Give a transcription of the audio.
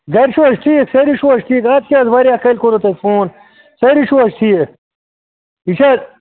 گَرِ چھُو حظ ٹھیٖک سٲری چھُو حظ ٹھیٖک آز کیٛاہ حظ واریاہ کٲلۍ کوٚروُ تۄہہِ فون سٲری چھُو حظ ٹھیٖک یہِ چھےٚ